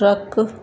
truck